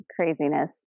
craziness